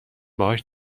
باهاش